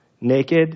naked